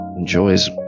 enjoys